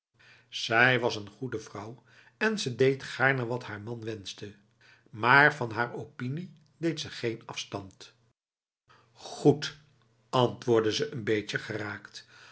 zij was een goede vrouw en ze deed gaarne wat haar man wenste maar van haar opinie deed ze geen afstand goed antwoordde ze n beetje geraakt